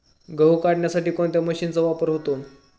गहू काढण्यासाठी कोणत्या मशीनचा वापर होतो?